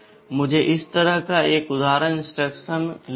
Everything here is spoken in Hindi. मुझे इस तरह एक उदाहरण इंस्ट्रक्शन ले लो